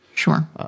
Sure